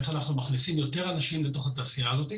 איך אנחנו מכניסים יותר אנשים לתוך התעשייה הזו.